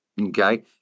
Okay